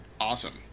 awesome